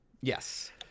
Yes